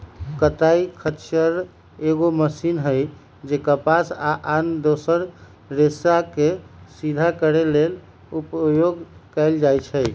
कताइ खच्चर एगो मशीन हइ जे कपास आ आन दोसर रेशाके सिधा करे लेल उपयोग कएल जाइछइ